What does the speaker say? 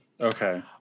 Okay